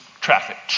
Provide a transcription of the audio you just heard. traffic